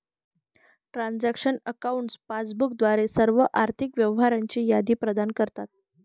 transaction accounts passbook द्वारे सर्व आर्थिक व्यवहारांची यादी प्रदान करतात